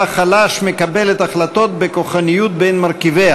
חלש המקבלת החלטות בכוחניות בין מרכיביה,